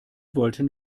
wollten